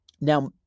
now